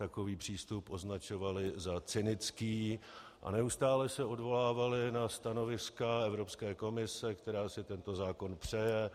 Takový přístup označovali za cynický a neustále se odvolávali na stanoviska Evropské komise, která si tento zákon přeje.